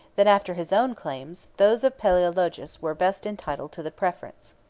that after his own claims, those of palaeologus were best entitled to the preference.